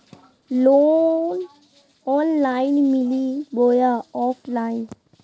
Loan online मिली बोया offline?